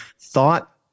thought